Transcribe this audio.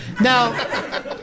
Now